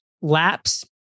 laps